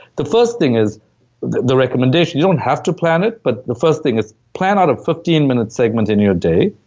the first thing is the the recommendation. you don't have to plan it, but the first thing is, plan out a fifteen minute segment in your day,